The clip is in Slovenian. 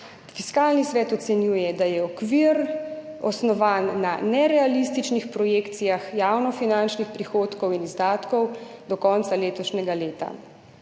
Fiskalni svet ocenjuje, da je okvir osnovan na nerealističnih projekcijah javnofinančnih prihodkov in izdatkov do konca letošnjega leta.